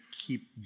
Keep